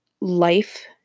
life